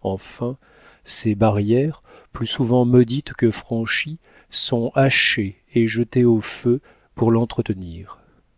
enfin ces barrières plus souvent maudites que franchies sont hachées et jetées au feu pour l'entretenir